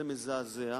זה מזעזע,